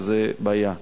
שזאת בעיה.